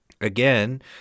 again